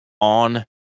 on